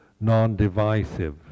non-divisive